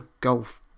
golf